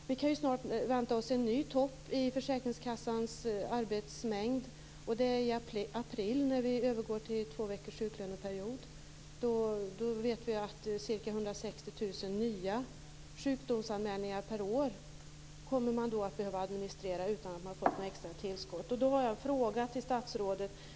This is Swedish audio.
Snart kan vi vänta oss en ny topp i försäkringskassans arbetsmängd. Det sker i april när vi övergår till en sjuklöneperiod på två veckor. Då kommer ca 160 000 nya sjukdomsanmälningar per år som man kommer att behöva administrera utan att man får något extra tillskott. Då har jag en fråga till statsrådet.